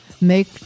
make